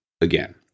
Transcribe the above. again